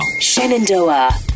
Shenandoah